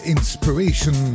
Inspiration